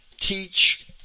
teach